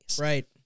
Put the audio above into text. Right